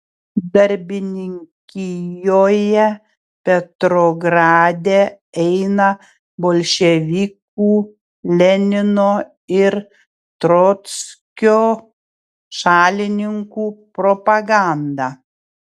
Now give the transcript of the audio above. darbininkijoje petrograde eina bolševikų lenino ir trockio šalininkų propaganda